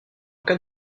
cas